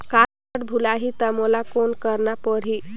Card भुलाही ता मोला कौन करना परही?